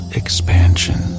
expansion